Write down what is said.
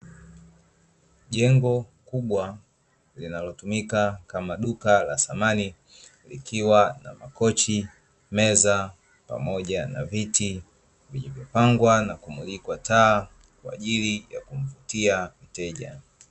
Jengo kubwa linalotumika kama duka la samani likiwa na makochi, meza pamoja na viti vilivyopangwa na kumulikwa taa kwa ajili ya kumvutia mteja.